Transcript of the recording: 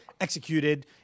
executed